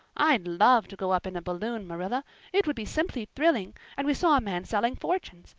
i'd love to go up in a balloon, marilla it would be simply thrilling and we saw a man selling fortunes.